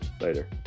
later